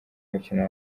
mukino